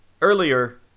earlier